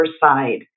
side